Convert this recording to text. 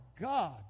God